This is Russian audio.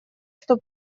что